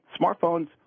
Smartphones